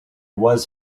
was